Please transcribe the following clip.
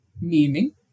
Meaning